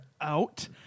out